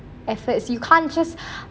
efforts you cant just